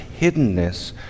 hiddenness